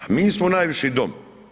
A mi smo najviši dom.